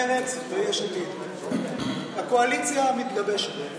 מרצ ויש עתיד, הקואליציה המתגבשת.